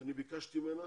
אני ביקשתי ממנה